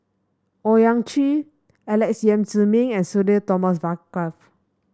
Owyang Chi Alex Yam Ziming and Sudhir Thomas Vadaketh